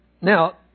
Now